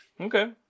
Okay